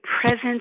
presence